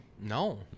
No